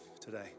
today